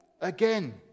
again